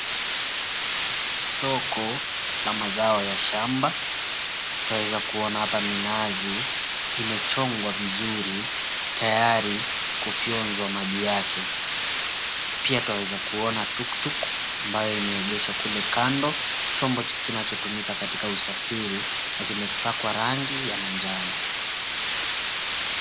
Soko la mazao ya shamba twaeza kuona apa minazi imechongwa vizuri tayari kufyonzwa maji yake pia twaeza kuona tukutuku ambayo imeegeshwa kule kando chombo kinachotumika katika usafiri na kimepakwa rangi ya manjano.